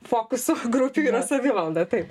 fokusų grupių yra savivalda taip